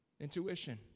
intuition